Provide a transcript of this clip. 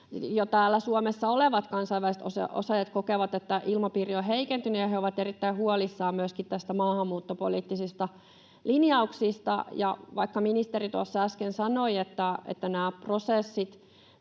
jo täällä Suomessa olevat kansainväliset osaajat kokevat, että ilmapiiri on heikentynyt, ja he ovat erittäin huolissaan myöskin näistä maahanmuuttopoliittisista linjauksista. Ja vaikka ministeri tuossa äsken sanoi, että näitä tänne